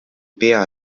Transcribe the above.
pea